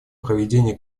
проведение